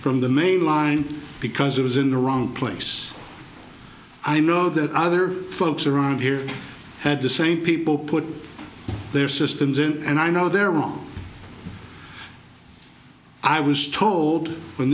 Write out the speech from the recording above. from the mainline because it was in the wrong place i know that other folks around here had the same people put their systems in and i know they're wrong i was